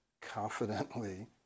confidently